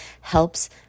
helps